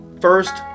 first